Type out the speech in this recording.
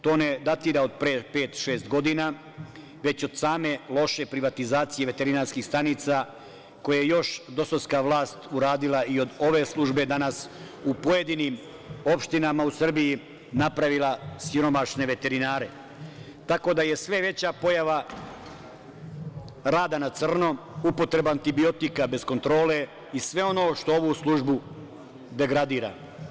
To ne datira od pre pet, šest godina, već od same loše privatizacije veterinarskih stanica koje je još dosovska vlast uradila i od ove službe danas u pojedinim opštinama u Srbiji napravila siromašne veterinare, tako da je sve veća pojava rada na crno, upotreba antibiotika bez kontrole i sve ono što ovu službu degradira.